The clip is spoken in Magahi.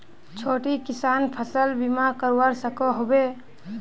छोटो किसान फसल बीमा करवा सकोहो होबे?